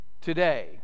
today